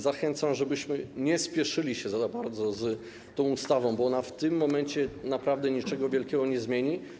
Zachęcam, żebyśmy nie spieszyli się za bardzo z tą ustawą, bo ona w tym momencie naprawdę niczego wielkiego nie zmieni.